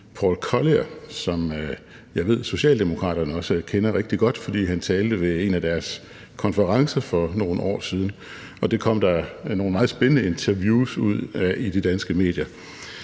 Paul Collier, som jeg ved Socialdemokraterne også kender rigtig godt, fordi han talte ved en af deres konferencer for nogle år siden, og det kom der nogle meget spændende interviews ud af i de danske medier.